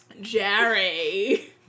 Jerry